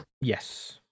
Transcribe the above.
Yes